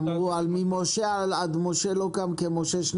ממשה עד משה לא קם כמשה.